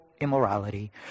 immorality